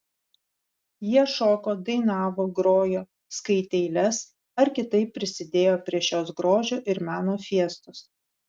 jie šoko dainavo grojo skaitė eiles ar kitaip prisidėjo prie šios grožio ir meno fiestos